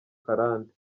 karande